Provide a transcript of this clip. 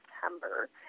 September